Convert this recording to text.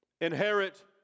inherit